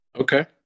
Okay